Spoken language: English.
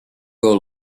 grow